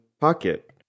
pocket